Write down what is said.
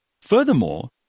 Furthermore